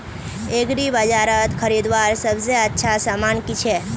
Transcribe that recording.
एग्रीबाजारोत खरीदवार सबसे अच्छा सामान की छे?